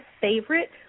favorite